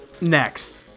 Next